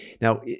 Now